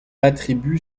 attribue